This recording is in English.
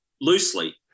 loosely